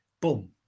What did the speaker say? boom